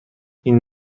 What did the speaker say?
این